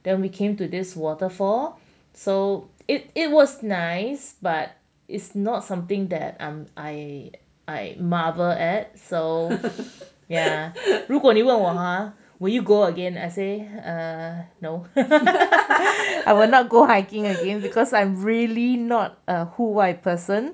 then we came to this waterfall so it it was nice but it's not something that I'm I I marvel at so yeah 如果你问我 !huh! will you go again I say err no I will not go hiking again because I'm really not a 户外 person